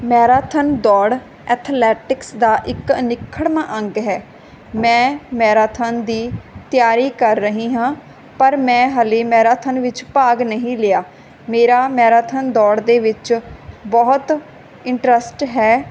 marathon ਦੌੜ athletics ਦਾ ਇੱਕ ਅਨਿਖੜਵਾਂ ਅੰਗ ਹੈ ਮੈਂ ਮੈਰਾਥਾਨ ਦੀ ਤਿਆਰੀ ਕਰ ਰਹੀ ਹਾਂ ਪਰ ਮੈਂ ਹਾਲੇ ਮੈਰਾਥਨ ਵਿੱਚ ਭਾਗ ਨਹੀਂ ਲਿਆ ਮੇਰਾ ਮੈਰਾਥਨ ਦੌੜ ਦੇ ਵਿੱਚ ਬਹੁਤ ਇੰਟਰਸਟ ਹੈ